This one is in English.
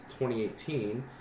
2018